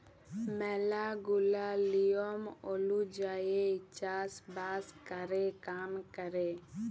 ম্যালা গুলা লিয়ম ওলুজায়ই চাষ বাস ক্যরে কাম ক্যরে